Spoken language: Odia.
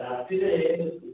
ରାତିରେ